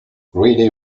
relay